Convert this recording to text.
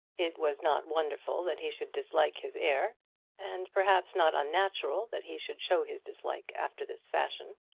it was not wonderful that he should dislike his heir and, perhaps, not unnatural that he should show his dislike after this fashion.